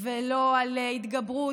ולא על התגברות.